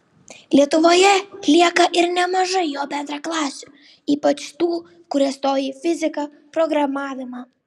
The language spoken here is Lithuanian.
lietuvoje lieka ir nemažai jo bendraklasių ypač tų kurie stoja į fiziką programavimą